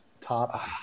top